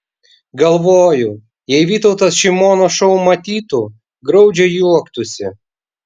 galvoju jei vytautas šį mono šou matytų graudžiai juoktųsi